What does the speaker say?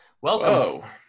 Welcome